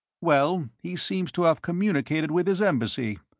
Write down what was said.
well, he seems to have communicated with his embassy.